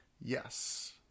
Yes